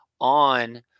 on